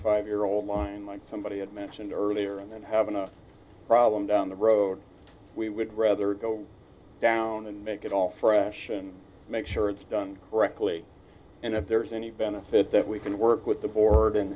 five year old line like somebody had mentioned earlier and having a problem down the road we would rather go down and make it all fresh and make sure it's done correctly and if there's any benefit that we can work with the board